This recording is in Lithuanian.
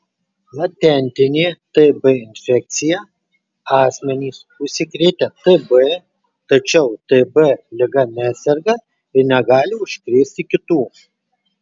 latentinė tb infekcija asmenys užsikrėtę tb tačiau tb liga neserga ir negali užkrėsti kitų